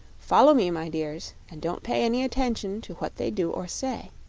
follow me, my dears, and don't pay any attention to what they do or say.